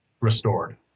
restored